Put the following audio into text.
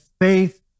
faith